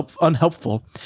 unhelpful